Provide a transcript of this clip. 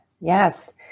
Yes